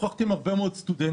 שוחחתי עם הרבה מאוד סטודנטים,